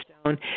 Stone